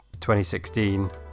2016